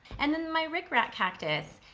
and then my ric rac cactus.